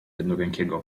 jednorękiego